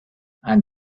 and